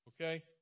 okay